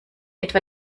etwa